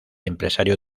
empresario